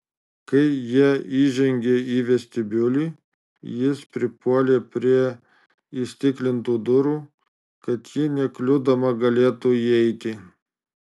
kai jie įžengė į vestibiulį jis pripuolė prie įstiklintų durų kad ji nekliudoma galėtų įeiti